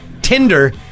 Tinder